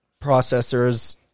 processors